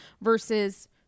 versus